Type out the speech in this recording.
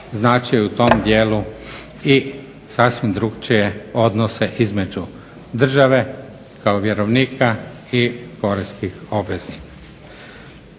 znači u tom dijelu i sasvim drukčije odnose između države kao vjerovnika i poreskih obveznika.